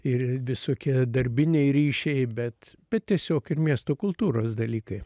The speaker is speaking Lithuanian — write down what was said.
ir visokie darbiniai ryšiai bet tiesiog ir miesto kultūros dalykai